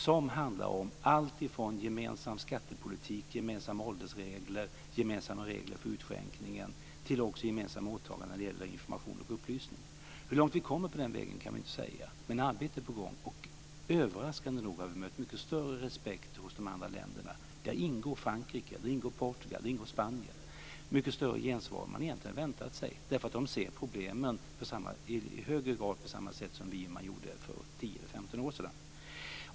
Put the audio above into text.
Det handlar om alltifrån gemensam skattepolitik, gemensamma åldersregler, gemensamma regler för utskänkning till gemensamma åtaganden när det gäller information och upplysning. Hur långt vi kommer på den vägen kan jag inte säga, men arbetet är på gång. Överraskande nog har vi mött mycket större respekt och gensvar från de andra länderna - där ingår Frankrike, Portugal och Spanien - än vad vi hade väntat oss, därför att de ser nu problemen i högre grad på samma sätt som vi än vad de gjorde för 10 eller 15 år sedan.